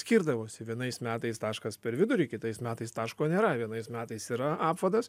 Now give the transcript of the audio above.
skirdavosi vienais metais taškas per vidurį kitais metais taško nėra vienais metais yra apvadas